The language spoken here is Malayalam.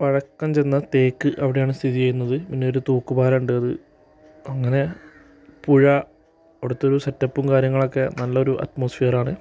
പഴക്കം ചെന്ന തേക്ക് അവിടെയാണ് സ്ഥിതി ചെയ്യുന്നത് പിന്നൊരു തൂക്കുപാലമുണ്ട് അത് അങ്ങനെ പുഴ അവിടെത്തൊരു സെറ്റപ്പും കാര്യങ്ങളൊക്കെ നല്ലൊരു അറ്റ്മോസ്ഫിയറാണ്